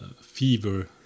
fever